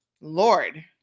Lord